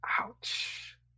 Ouch